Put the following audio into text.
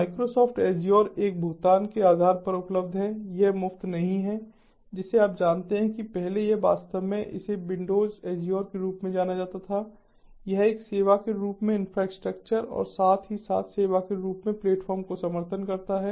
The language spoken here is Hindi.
माइक्रोसॉफ्ट एजयोर एक भुगतान के आधार पर उपलब्ध है यह मुफ़्त नहीं है जिसे आप जानते हैं कि पहले यह वास्तव में इसे विंडोज़ एजयोर के रूप में जाना जाता था यह एक सेवा के रूप में इंफ्रास्ट्रक्चर और साथ ही साथ सेवा के रूप में प्लेटफ़ॉर्म को समर्थन करता है